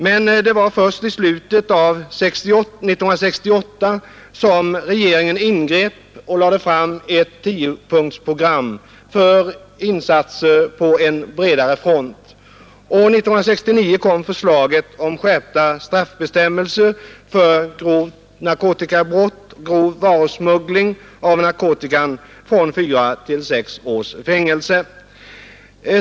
Men det var först i slutet av 1968 som regeringen ingrep och lade fram ett tiopunktsprogram för insatser på en bredare front, och 1969 kom förslaget om skärpta straffbestämmelser för grovt narkotikabrott och grov varusmuggling — av narkotika — från fyra till sex års fängelse.